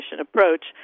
approach